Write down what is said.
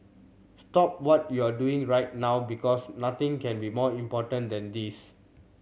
stop what you're doing right now because nothing can be more important than this